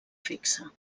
fixa